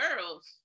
girls